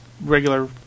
regular